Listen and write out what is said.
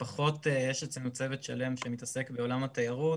שיש אצלנו צוות שלם שמתעסק בעולם התיירות,